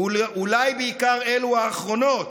אולי בעיקר אלו האחרונות,